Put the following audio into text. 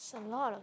a lot of